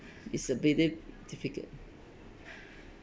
is a bit di~ difficult